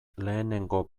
lehenengo